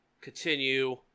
continue